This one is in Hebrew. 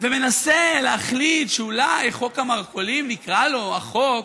ומנסה להחליט שאולי חוק המרכולים, נקרא לו החוק